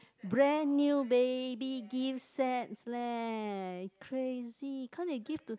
brand new baby gift sets leh crazy can't they give to